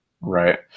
Right